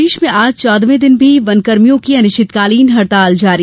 प्रदेश में आज चौदहवें दिन भी वनकर्मियों की अनिश्चितकालीन हड़ताल जारी